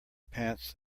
pants